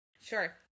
sure